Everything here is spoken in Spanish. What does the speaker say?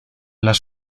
las